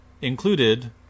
included